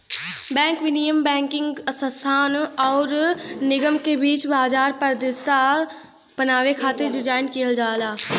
bank विनियम banking संस्थान आउर निगम के बीच बाजार पारदर्शिता बनावे खातिर डिज़ाइन किहल जाला